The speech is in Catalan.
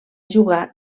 jugar